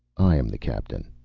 i am the captain.